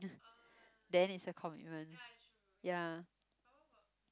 then is a commitment ya